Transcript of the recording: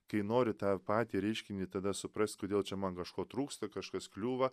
kai nori tą patį reiškinį tada suprast kodėl čia man kažko trūksta kažkas kliūva